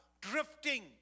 Drifting